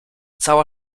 cała